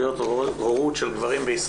מימוש זכויות הורות בקרב גברים.